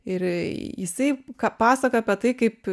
ir jisai ką pasakojo apie tai kaip